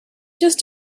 just